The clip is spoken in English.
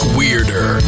weirder